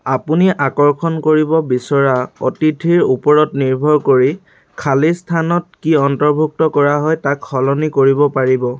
আপুনি আকৰ্ষণ কৰিব বিচৰা অতিথিৰ ওপৰত নিৰ্ভৰ কৰি খালী স্থানত কি অন্তৰ্ভুক্ত কৰা হয় তাক সলনি কৰিব পাৰিব